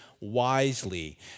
wisely